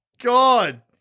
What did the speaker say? God